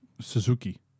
Suzuki